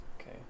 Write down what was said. Okay